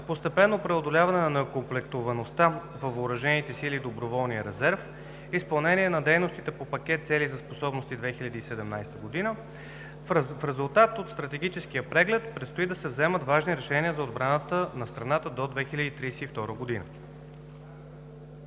постепенно преодоляване на неокоплектоваността във въоръжените сили и доброволния резерв; изпълнение на дейностите по пакет „Цели за способности 2017 г.“ В резултат от Стратегическия преглед предстои да се вземат важни решения за отбраната на страната до 2032 г.